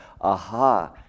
aha